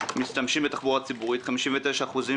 הצהירו כי אין תחבורה ציבורית נגישה לביתם